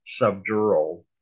subdural